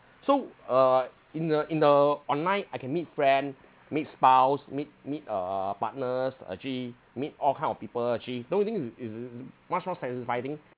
so uh in the in the online I can meet friend meet spouse meet meet uh partners actually meet all kind of people actually don't you think it's it's much more satisfying